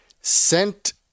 sent